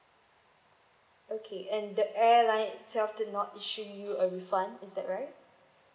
okay and the airline itself did not issue you a refund is that right